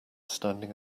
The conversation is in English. standing